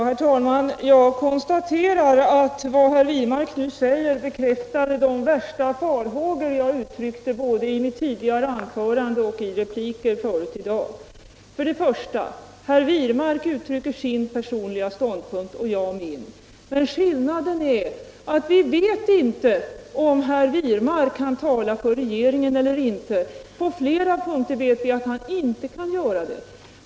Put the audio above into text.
Herr talman! Jag konstaterar att vad herr Wirmark nu säger bekräftar de värsta farhågor jag framförde både i mitt anförande och i repliker tidigare i dag. Herr Wirmark uttrycker sin personliga ståndpunkt och jag min. Men skillnaden är att vi inte alltid vet om herr Wirmark kan tala för regeringen eller inte. På flera punkter vet vi att han inte kan göra det.